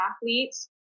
athletes